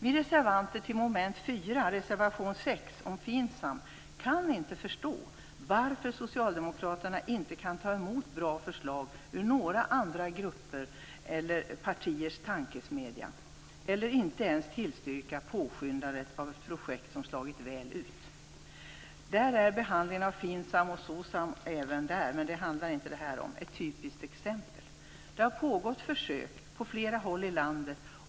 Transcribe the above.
Vi reservanter - det gäller reservation 6 avseende mom. 4 och FINSAM - kan inte förstå varför socialdemokraterna inte kan ta emot bra förslag från andra gruppers eller partiers tankesmedja eller ens tillstyrka tillskyndandet av ett projekt som slagit väl ut. Behandlingen av FINSAM och SOSAM, vilket detta dock inte handlar om, är ett typiskt exempel. Det har pågått en försöksverksamhet på flera håll i landet.